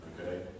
Okay